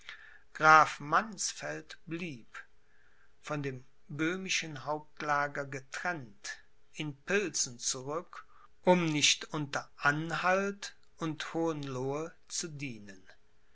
graf mannsfeld blieb von dem böhmischen hauptlager getrennt in pilsen zurück um nicht unter anhalt und hohenlohe zu dienen